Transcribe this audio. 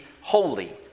holy